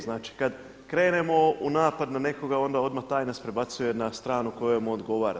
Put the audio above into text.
Znači kad krenemo u napad na nekoga onda odmah taj nas prebacuje na stranu na koju mu odgovara.